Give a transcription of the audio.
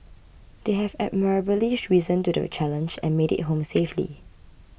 they have admirably risen to the challenge and made it home safely